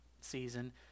season